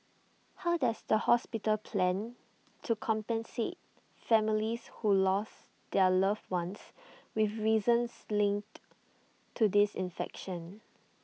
how does the hospital plan to compensate families who lost their loved ones with reasons linked to this infection